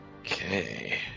Okay